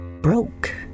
broke